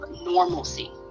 normalcy